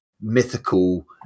mythical